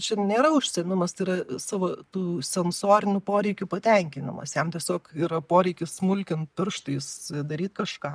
čia nėra užsiėmimas tai yra savo tų sensorinių poreikių patenkinimas jam tiesiog yra poreikis smulkint pirštais daryt kažką